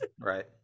Right